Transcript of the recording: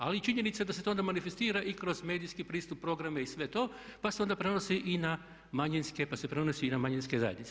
Ali i činjenica je da se to onda manifestira i kroz medijski pristup, programe i sve to, pa se onda prenosi i na manjinske, pa se prenosi i na manjinske zajednice.